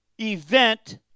event